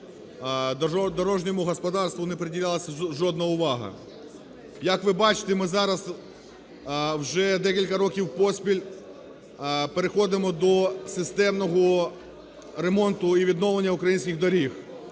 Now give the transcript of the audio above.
дорожньому господарству не приділялась жодна увага. Як ви бачите, ми зараз… вже декілька років поспіль переходимо до системного ремонту і відновлення українських доріг,